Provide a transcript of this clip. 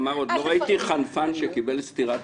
אמר: "עוד לא ראיתי חנפן שקיבל סטירת